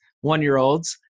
one-year-olds